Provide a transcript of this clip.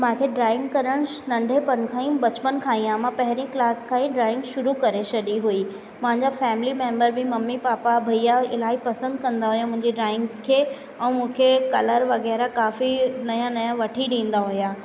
मांखे ड्राइंग करण श नंढपण खां ई बचपन खां ई आहे मां पहिरीं क्लास खां ई ड्राइंग शुरू करे छॾी हुई मां जा फ़ैमिली मेम्बर बि मम्मी पापा भैया इलाही पसंदि कंदा हुआ मुंहिंजी ड्राइंग खे ऐं मूंखे कलर वग़ैरह काफ़ी नवां नवां वठी ॾींदा हुआ